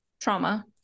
trauma